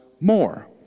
more